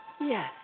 Yes